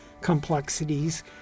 complexities